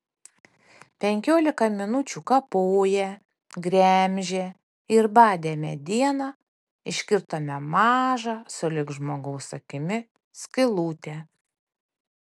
penkiolika minučių kapoję gremžę ir badę medieną iškirtome mažą sulig žmogaus akimi skylutę